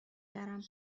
برم